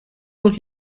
doch